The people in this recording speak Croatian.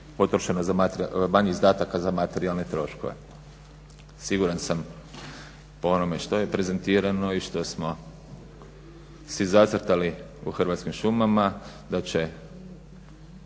potrošeno, manje izdataka za materijalne troškove. Siguran sam po onome što je prezentirano i što smo si zacrtali u Hrvatskim šumama da će